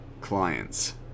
clients